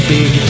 Big